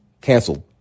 canceled